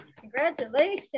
congratulations